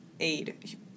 aid